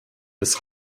des